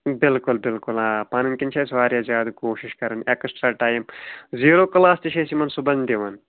بِلکُل بِلکُل آ پَنٕنۍ کِنۍ چھِ اَسہِ واریاہ زیادٕ کوٗشِش کَران اٮ۪کٕسٹرٛا ٹایم زیٖرو کٕلاس تہِ چھِ أسۍ یِمن صُبحن دِوان